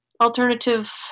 alternative